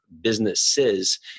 businesses